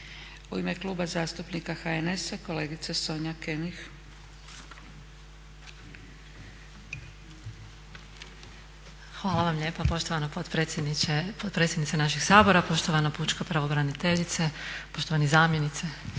U ime Kluba zastupnika HNS-a kolegica Sonja König. **König, Sonja (HNS)** Hvala vam lijepa poštovana potpredsjednice našeg Sabora, poštovana pučka pravobraniteljice, poštovani zamjeničke,